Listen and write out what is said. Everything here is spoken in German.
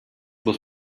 muss